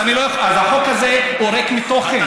אז החוק הזה הוא ריק מתוכן.